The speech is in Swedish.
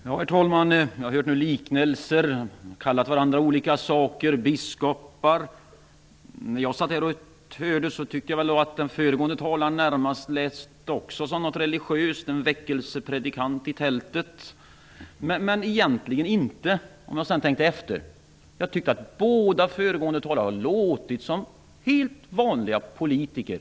Herr talman! Jag har nu hört liknelser. Man har kallat varandra olika saker, t.ex. för biskop. När jag satt här och lyssnade tyckte jag att föregående talare också lät religiös, som en väckelsepredikant i ett tält. När jag sedan tänkte efter tyckte jag egentligen att de båda föregående talarna lät som helt vanliga politiker.